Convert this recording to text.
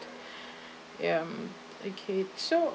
ya um okay so